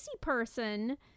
person